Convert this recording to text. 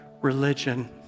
religion